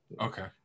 Okay